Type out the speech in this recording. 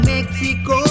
Mexico